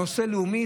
נושא לאומי,